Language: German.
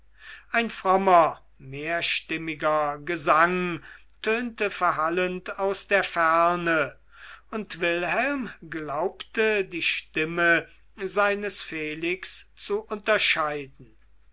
ein frommer mehrstimmiger gesang tönte verhallend aus der ferne und wilhelm glaubte die stimme seines felix zu unterscheiden